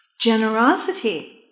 Generosity